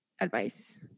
advice